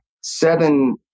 seven